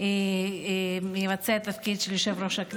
מבצע את תפקיד היושב-ראש.